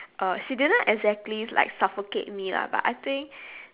uh she didn't exactly like suffocate me lah but I think